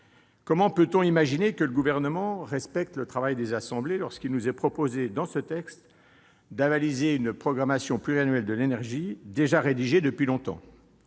Comment peut-on imaginer que le Gouvernement respecte le travail des assemblées, quand on nous propose, avec ce texte, d'avaliser une programmation pluriannuelle de l'énergie déjà rédigée depuis longtemps ?